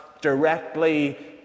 directly